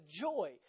joy